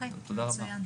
תודה רבה.